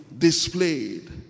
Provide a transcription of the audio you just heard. displayed